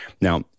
Now